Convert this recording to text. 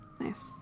Nice